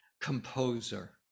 composer